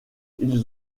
ils